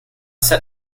set